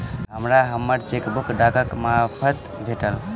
हमरा हम्मर चेकबुक डाकक मार्फत भेटल